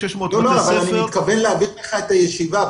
אני מתכוון להעביר לך את הישיבה,